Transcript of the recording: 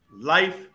life